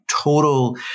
total